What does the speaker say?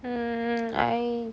mm I